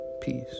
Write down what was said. Peace